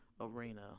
arena